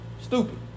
Stupid